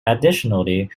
additionally